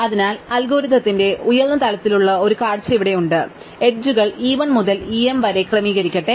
അതിനാൽ അൽഗോരിതത്തിന്റെ ഉയർന്ന തലത്തിലുള്ള ഒരു കാഴ്ച ഇവിടെയുണ്ട് അതിനാൽ എഡ്ജുകൾ e 1 മുതൽ e m വരെ ക്രമീകരിക്കട്ടെ